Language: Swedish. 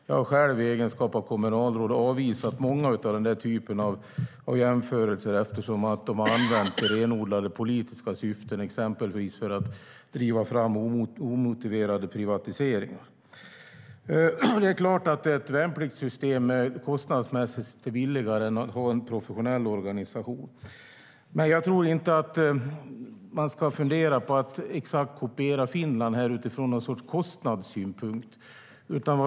Jag har i egenskap av kommunalråd avvisat många sådana jämförelser eftersom de har använts för renodlade politiska syften, exempelvis för att driva fram omotiverade privatiseringar. Det är klart att ett värnpliktssystem är kostnadsmässigt billigare än en professionell organisation. Men jag tror inte att vi ska fundera på att kopiera Finland utifrån kostnadssynpunkt.